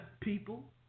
people